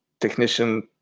technician